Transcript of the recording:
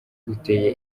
uteye